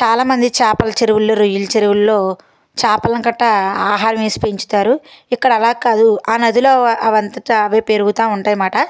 చాలామంది చేపల చెరువుల్లో రొయ్యలు చెరువుల్లో చేపలను కట్ట ఆహారం వేసి పెంచుతారు ఇక్కడ అలా కాదు ఆ నదిలో అవంతా అవి పెరుగుతా ఉంటాయి అనమాట